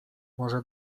może